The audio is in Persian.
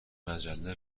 مجله